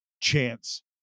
chance